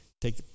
take